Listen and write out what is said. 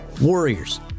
Warriors